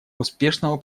успешного